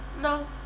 No